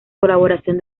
colaboración